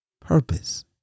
purpose